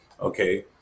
Okay